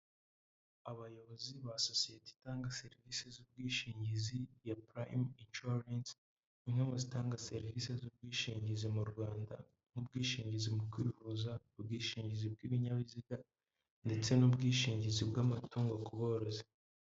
Abayobozi ba sosiyete itanga serivisi z'ubwishingizi ya Prime insurance, imwe mu zitanga serivisi z'ubwishingizi mu Rwanda, nk'ubwishingizi mu kwivuza, ubwishingizi bw'ibinyabiziga, ndetse n'ubwishingizi bw'amatungo ku borozi.